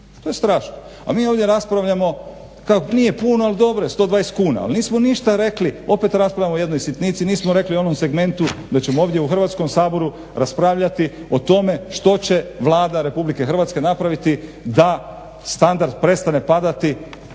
to je strašno. A mi ovdje raspravljamo kao nije puno ali dobro je, 120 kuna. Ali nismo ništa rekli, opet raspravljamo o jednoj sitnici, nismo rekli u onom segmentu da ćemo ovdje u Hrvatskom saboru raspravljati o tome što će Vlada Republike Hrvatske napraviti da standard prestane padati